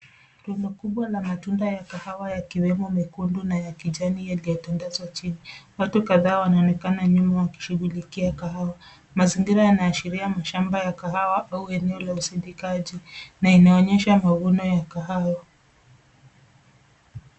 Rundo kubwa la matuda ya kahawa yakiwemo mekundu na ya kijani yaliyotandazwa chini. Watu kadhaa wanaonekana nyuma wakishugulikia kahawa. Mazingira yanaashiria mashamba ya kahawa au eneo la usindikaji na inaonyesha mavuno ya kahawa.